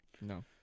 No